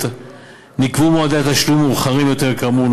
נקבעו מועדי תשלום מאוחרים יותר כאמור,